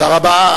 תודה רבה.